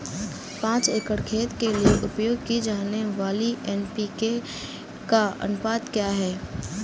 पाँच एकड़ खेत के लिए उपयोग की जाने वाली एन.पी.के का अनुपात क्या है?